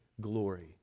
glory